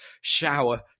shower